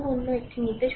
সুতরাং অন্য একটি নিতে